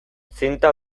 zinta